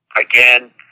Again